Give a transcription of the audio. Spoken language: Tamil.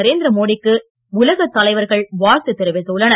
நரேந்திரமோடிக்கு உலகத் தலைவர்கள் வாழ்த்து தெரிவித்துள்ளனர்